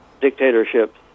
dictatorships